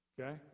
okay